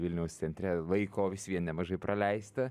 vilniaus centre laiko vis vien nemažai praleista